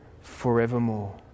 forevermore